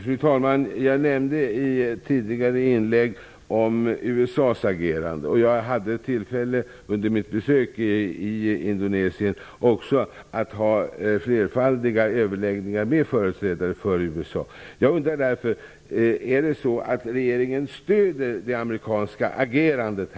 Fru talman! Jag nämnde i tidigare inlägg USA:s agerande. Jag hade under mitt besök i Indonesien också tillfälle att hålla flerfaldiga överläggningar med företrädare för USA. Jag undrar därför om regeringen stöder det amerikanska agerandet.